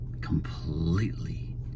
completely